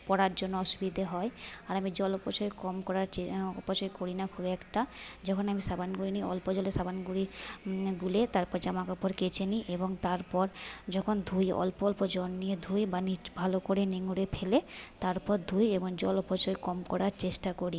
পরার জন্য অসুবিধে হয় আর আমি জল অপচয় কম করার অপচয় করি না খুব একটা যখন আমি সাবান গুঁড়ি নিই অল্প জলে সাবান গুঁড়ি গুলে তারপর জামাকাপড় কেচে নিই এবং তারপর যখন ধুই অল্প অল্প জল নিয়ে ধুই বা নিট ভালো করে নিংড়ে ফেলে তারপর ধুই এবং জল অপচয় কম করার চেষ্টা করি